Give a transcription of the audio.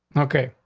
okay,